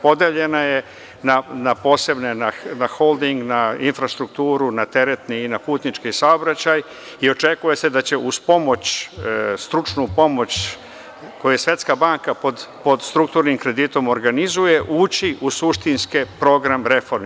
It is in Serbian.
Podeljena je na holding, na infrastrukturu, na teretni i putnički saobraćaj i očekuje se da će uz pomoć, stručnu pomoć koju Svetska banka pod strukturnim kreditom organizuje, ući u suštinski program reformi.